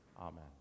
Amen